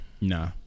Nah